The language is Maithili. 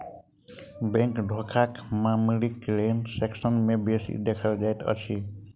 बैंक धोखाक मामिला लोन सेक्सन मे बेसी देखल जाइत अछि